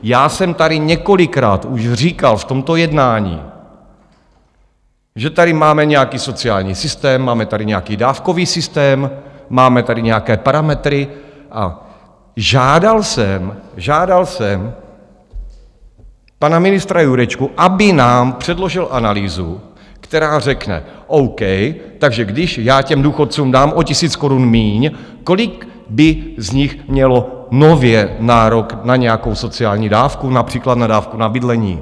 Já jsem tady několikrát už říkal v tomto jednání, že tady máme nějaký sociální systém, máme tady nějaký dávkový systém, máme tady nějaké parametry, a žádal jsem pana ministra Jurečku, aby nám předložil analýzu, která řekne OK, takže když já těm důchodcům dám o tisíc korun míň, kolik by z nich mělo nově nárok na nějakou sociální dávku, například na dávku na bydlení?